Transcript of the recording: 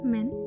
Men